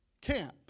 camp